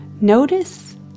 Notice